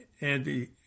Andy